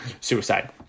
suicide